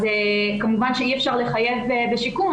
אז כמובן שאי אפשר לחייב בשיקום,